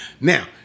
Now